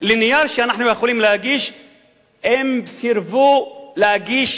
למסמך שאנחנו יכולים להגיש סירבו להגיש